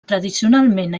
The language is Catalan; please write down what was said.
tradicionalment